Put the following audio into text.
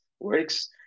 works